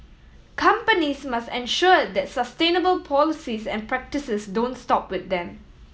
companies must ensure that sustainable policies and practices don't stop with them